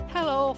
Hello